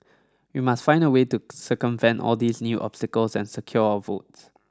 we must find a way to circumvent all these new obstacles and secure our votes